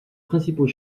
principaux